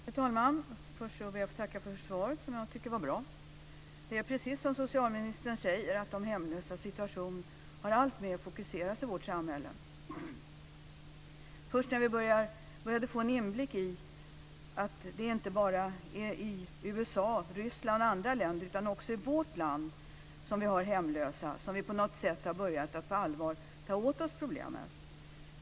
Fru talman! Först ber jag att få tacka för svaret, som jag tycker var bra. Det är precis som socialministern säger, att de hemlösas situation alltmer har fokuserats i vårt samhälle. Först när vi började få en inblick i att det inte bara är i USA, Ryssland och andra länder utan också i vårt land som vi har hemlösa har vi på något sätt börjat att på allvar ta åt oss problemen.